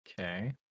Okay